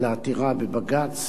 לעתירה בבג"ץ,